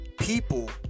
people